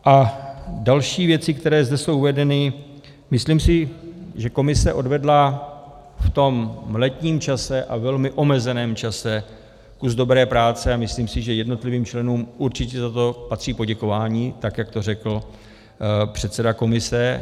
A další věci, které zde jsou uvedeny, myslím si, že komise odvedla v tom letním čase a velmi omezeném čase kus dobré práce, a myslím si, že jednotlivým členům určitě za to patří poděkování, tak jak to řekl předseda komise.